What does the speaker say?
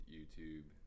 YouTube